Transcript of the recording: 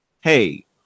hey